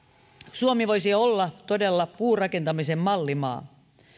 suomi voisi olla todella puurakentamisen mallimaa